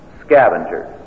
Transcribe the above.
scavengers